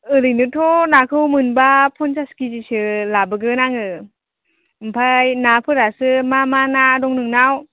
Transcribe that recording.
ओरैनोथ' नाखौ मोनब्ला पन्सास केजिसो लाबोगोन आङो ओमफाय नाफोरासो मा मा ना दं नोंनाव